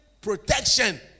protection